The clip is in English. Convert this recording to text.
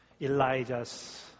Elijah's